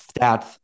stats